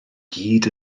gyd